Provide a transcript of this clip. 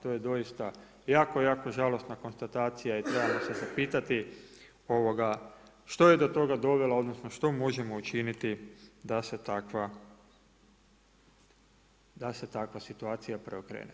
To je doista jako, jako žalosna konstatacija i trebamo se zapitati što je do toga dovelo odnosno što možemo učiniti da se takva situacija preokrene.